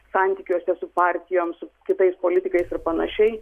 santykiuose su partijom su kitais politikais ir panašiai